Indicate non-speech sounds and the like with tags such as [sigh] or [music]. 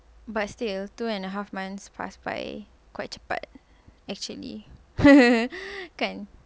but still two and a half months pass by quite cepat actually [laughs] kan